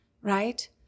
Right